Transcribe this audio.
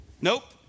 Nope